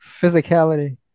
physicality